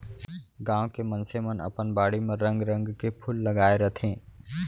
गॉंव के मनसे मन अपन बाड़ी म रंग रंग के फूल लगाय रथें